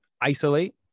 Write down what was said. isolate